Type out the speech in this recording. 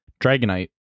Dragonite